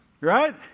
right